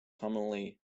commonly